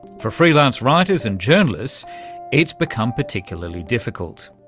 for free-lance writers and journalists it's become particularly difficult.